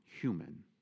human